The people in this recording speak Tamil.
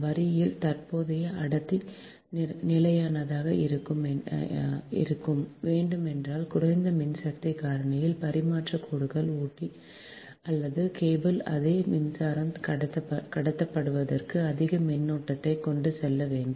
வரியில் தற்போதைய அடர்த்தி நிலையானதாக இருக்க வேண்டும் என்றால் குறைந்த மின்சக்தி காரணியில் பரிமாற்றக் கோடுகள் ஊட்டி அல்லது கேபிள் அதே மின்சாரம் கடத்தப்படுவதற்கு அதிக மின்னோட்டத்தைக் கொண்டு செல்ல வேண்டும்